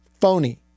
phony